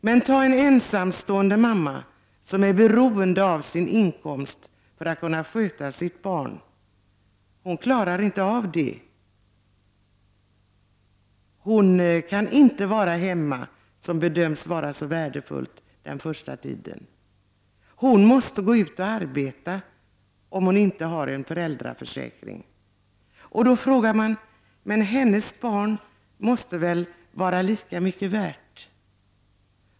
Men ta som exempel en ensamstående mamma som är beroende av sin inkomst för att kunna sköta sitt barn. Hon klarar inte av det med den summan. Hon kan inte vara hemma den första tiden, som bedöms vara så värdefullt. Hon måste gå ut och arbeta om hon inte har en föräldraförsäkring. Då frågar man sig: Hennes barn måste väl vara lika mycket värt.